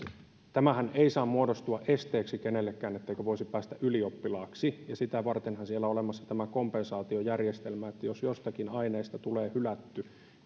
tämähän ei saa muodostua esteeksi kenellekään etteikö voisi päästä ylioppilaaksi ja sitä vartenhan siellä on olemassa tämä kompensaatiojärjestelmä että jos jostakin aineesta tulee hylätty